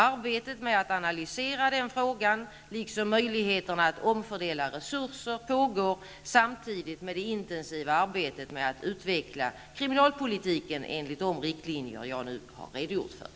Arbetet med att analysera den frågan liksom möjligheterna att omfördela resurser pågår samtidigt med det intensiva arbetet med att utveckla kriminalpolitiken enligt de riktlinjer som jag nu har redogjort för.